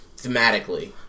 thematically